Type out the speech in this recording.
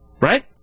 Right